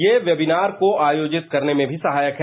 ये वेवनार को आयोजित करने में भी सहायक है